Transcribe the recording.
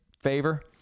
favor